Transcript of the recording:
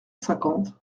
cinquante